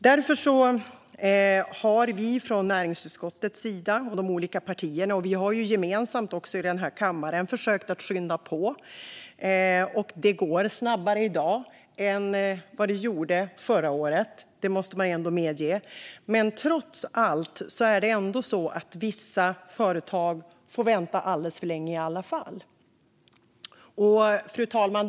Därför har vi i näringsutskottet, i de olika partierna och även gemensamt i denna kammare försökt skynda på. Det går snabbare i dag än det gjorde förra året, måste man ändå medge, men trots det får vissa företag fortfarande vänta alldeles för länge. Fru talman!